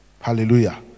Hallelujah